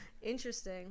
interesting